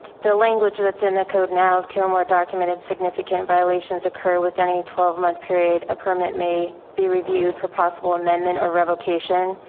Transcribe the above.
the language that's in the code now of two or more documented significant violations occur with any twelve month period, a permit may be reviewed for possible amendment or revocation.